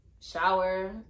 Shower